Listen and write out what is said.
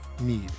need